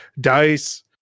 dice